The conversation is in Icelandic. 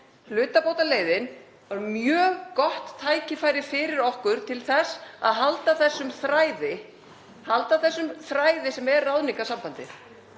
Hlutabótaleiðin var mjög gott tækifæri fyrir okkur til að halda þessum þræði, sem er ráðningarsambandið.